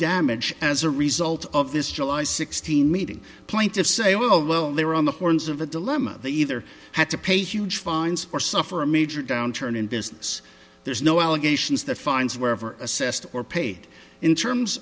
damage as a result of this july sixteenth meeting point of say oh well they're on the horns of a dilemma they either had to pay huge fines or suffer a major downturn in business there's no allegations that finds wherever assessed or paid in terms